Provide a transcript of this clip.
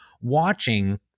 watching